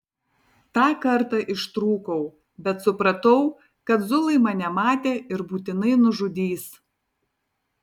tą kartą ištrūkau bet supratau kad zulai mane matė ir būtinai nužudys